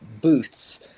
booths